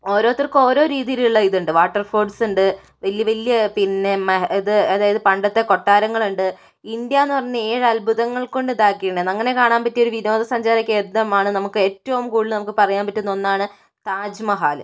ഓരോത്തർക്കും ഓരോ രീതിയിലുള്ള ഇതുണ്ട് വാട്ടർ സ്പോർട്സ് ഉണ്ട് വലിയ വലിയ പിന്നെ ഇത് അതായിത് പണ്ടത്തെ കൊട്ടാരങ്ങൾ ഉണ്ട് ഇന്ത്യയെന്ന് പറഞ്ഞ ഏഴ് അത്ഭുതങ്ങൾ കൊണ്ട് ഇതാക്കിയതാണ് അങ്ങനെ കാണാൻ പറ്റിയ ഒരു വിനോദസഞ്ചാര കേന്ദ്രമാണ് നമുക്ക് ഏറ്റവും കൂടുതൽ നമുക്ക് പറയാൻ പറ്റുന്ന ഒന്നാണ് താജ് മഹാൽ